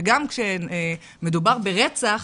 שגם כשמדובר ברצח,